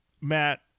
Matt